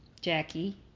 Jackie